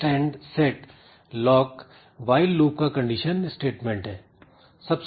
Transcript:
test and set lock while loop का condition statement है